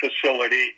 facility